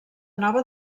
nova